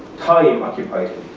time occupied